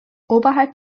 oberhalb